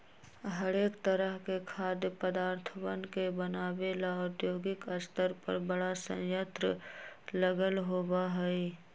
हरेक तरह के खाद्य पदार्थवन के बनाबे ला औद्योगिक स्तर पर बड़ा संयंत्र लगल होबा हई